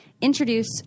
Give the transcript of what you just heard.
introduce